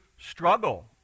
struggle